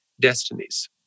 destinies